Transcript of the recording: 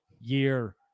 year